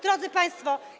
Drodzy Państwo!